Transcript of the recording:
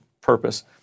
purpose